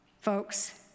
Folks